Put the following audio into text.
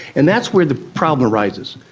and that's where the problem arises,